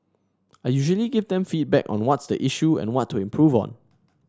I usually give them feedback on what's the issue and what to improve on